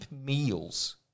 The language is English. meals